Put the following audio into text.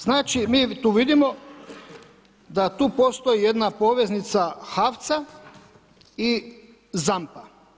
Znači mi tu vidimo da tu postoji jedna poveznica HAVC-a i ZAMP-a.